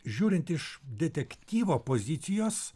žiūrint iš detektyvo pozicijos